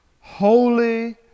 holy